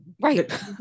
right